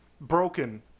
broken